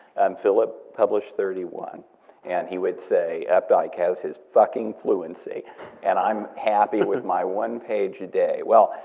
philip published thirty one and he would say updike has his fucking fluency and i'm happy with my one page a day. well,